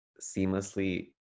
seamlessly